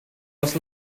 was